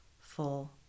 full